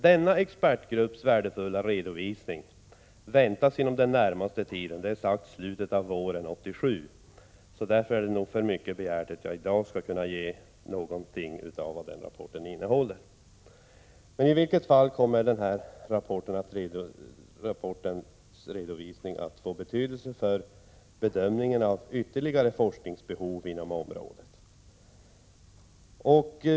Denna expertgrupps värdefulla redovisning väntas inom den närmaste tiden — det har talats om slutet av våren 1987. Därför är det för mycket begärt att jag i dag skall kunna redovisa någonting av vad denna rapport innehåller. Den kommer emellertid att få betydelse för bedömningen av ytterligare forskningsbehov inom området.